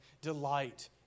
delight